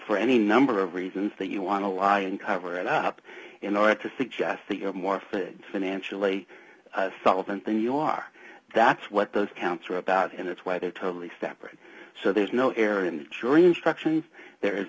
for any number of reasons that you want to lie and cover it up in order to suggest that you're more fit financially solvent than you are that's what those counts are about and that's why they're totally separate so there's no air in the jury instructions there is